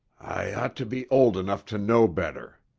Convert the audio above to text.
i ought to be old enough to know better!